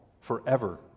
forever